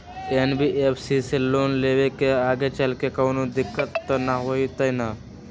NBFC से loan लेबे से आगेचलके कौनो दिक्कत त न होतई न?